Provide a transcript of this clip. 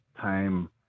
time